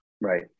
Right